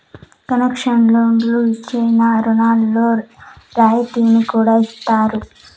concessional లోన్లు ఇచ్చిన రుణాల్లో రాయితీని కూడా ఇత్తారు